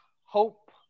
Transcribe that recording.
hope